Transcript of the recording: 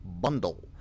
bundle